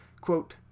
Quote